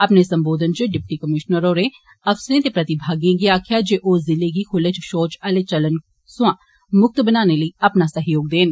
अपने सम्बोधन च डिप्टी कमीप्नर होरे अफसरे ते प्रतिभागिए गी आक्खेआ जे ओह जिले गी खुल्ले च षौच आले चलन कोला मुक्त बनाने लेई अपना सैह्योग देन